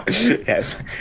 Yes